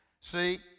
See